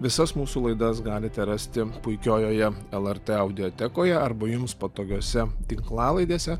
visas mūsų laidas galite rasti puikiojoje lrt audiotekoje arba jums patogiose tinklalaidėse